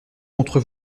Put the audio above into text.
contre